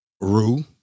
Rue